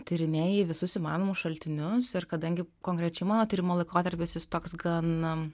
tyrinėji visus įmanomus šaltinius ir kadangi konkrečiai mano tyrimo laikotarpis jis toks gana